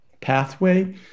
pathway